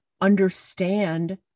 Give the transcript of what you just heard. understand